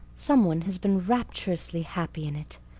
some one has been rapturously happy in it.